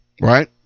right